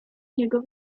niego